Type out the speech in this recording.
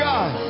God